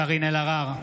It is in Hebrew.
קארין אלהרר,